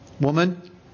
Woman